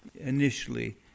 initially